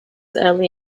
early